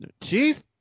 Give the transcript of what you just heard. Chief